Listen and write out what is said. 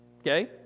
Okay